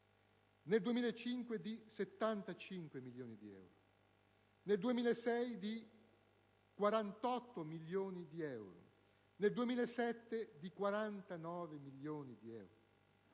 nel 2005, a 75 milioni di euro; nel 2006, a 48 milioni di euro; nel 2007 a 49 milioni di euro;